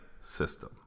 system